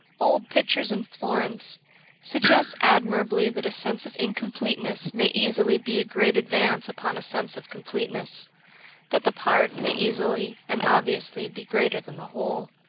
old pictures in florence suggests admirably that a sense of incompleteness may easily be a great advance upon a sense of completeness that the part may easily and obviously be greater than the whole.